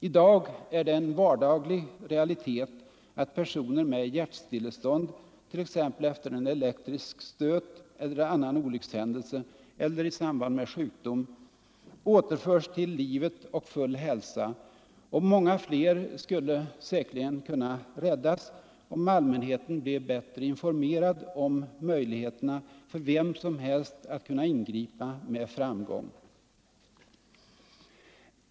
I dag är det en vardaglig realitet att personer med hjärtstillestånd, t.ex. efter en elektrisk stöt eller annan olyckshändelse eller i samband med sjukdom, återförs till livet och full hälsa, och många fler skulle säkerligen kunna räddas, om allmänheten blev bättre informerad om möjligheterna för vem som helst att kunna ingripa med framgång.